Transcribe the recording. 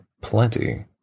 plenty